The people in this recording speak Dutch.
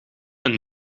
een